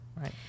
right